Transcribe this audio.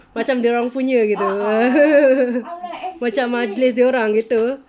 macam dorang punya gitu macam majlis dorang gitu